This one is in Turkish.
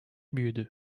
büyüdü